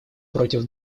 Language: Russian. против